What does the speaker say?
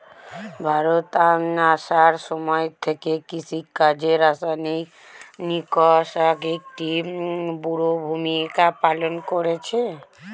ভারতে আসার সময় থেকে কৃষিকাজে রাসায়নিক কিটনাশক একটি বড়ো ভূমিকা পালন করেছে